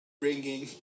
bringing